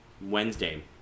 wednesday